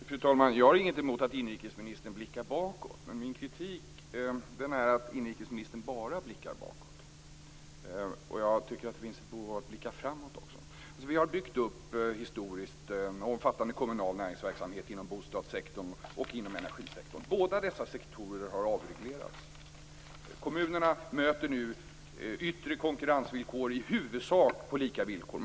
Fru talman! Jag har inget emot att inrikesministern blickar bakåt. Min kritik gäller att inrikesministern bara blickar bakåt. Jag tycker att det finns ett behov av att också blicka framåt. Vi har historiskt byggt upp en omfattande kommunal näringsverksamhet inom bostadsektorn och inom energisektorn. Båda dessa sektorer har avreglerats. Kommunerna möter nu yttre konkurrensvillkor i huvudsak på lika villkor.